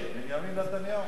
בנימין נתניהו.